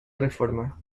reforma